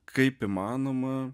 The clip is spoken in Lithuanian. kaip įmanoma